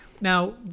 Now